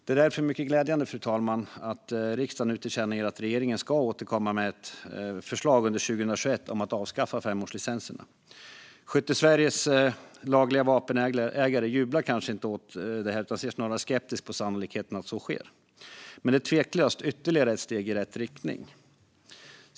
Det är därför mycket glädjande att riksdagen nu tillkännager att regeringen ska återkomma under 2021 med ett förslag om att avskaffa femårslicenserna. Skyttesveriges lagliga vapenägare jublar kanske inte över detta utan ser snarare skeptiskt på sannolikheten att så sker. Men det är tveklöst ytterligare ett steg i rätt riktning.